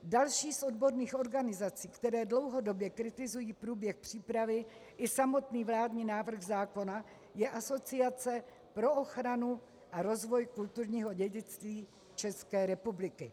Další z odborných organizací, které dlouhodobě kritizují průběh přípravy i samotný vládní návrh zákona, je Asociace pro ochranu a rozvoj kulturního dědictví České republiky.